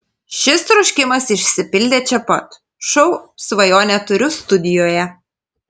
šis troškimas išsipildė čia pat šou svajonę turiu studijoje